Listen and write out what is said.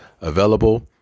available